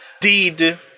Deed